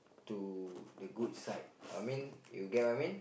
to the good side I mean you get what I mean